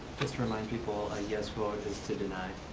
just to remind people, a yes vote is to deny.